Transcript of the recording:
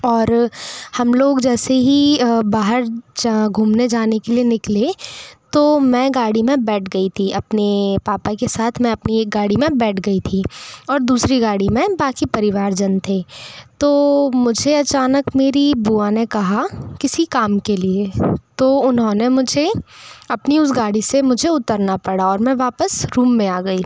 और हम लोग जैसे ही बाहर घूमने जाने के लिए निकले तो मैं गाड़ी में बैठ गई थी अपने पापा के साथ मैं अपनी एक गाड़ी में बैठ गई थी और दूसरी गाड़ी में बाकि परिवारजन थे तो मुझे अचानक मेरी बुआ ने कहा किसी काम के लिए तो उन्होंने मुझे अपनी उस गाड़ी से मुझे उतरना पड़ा और मैं वापस रूम में आ गई